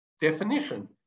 definition